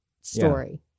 story